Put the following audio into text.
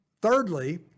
Thirdly